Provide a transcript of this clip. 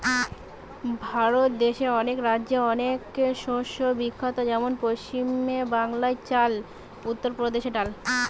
ভারত দেশে অনেক রাজ্যে অনেক শস্য বিখ্যাত যেমন পশ্চিম বাংলায় চাল, উত্তর প্রদেশে ডাল